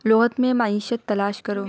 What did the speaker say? لغت میں معیشت تلاش کرو